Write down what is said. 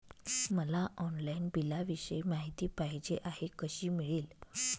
मला ऑनलाईन बिलाविषयी माहिती पाहिजे आहे, कशी मिळेल?